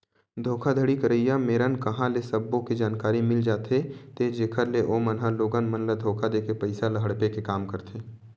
धोखाघड़ी करइया मेरन कांहा ले सब्बो के जानकारी मिल जाथे ते जेखर ले ओमन ह लोगन मन ल धोखा देके पइसा ल हड़पे के काम करथे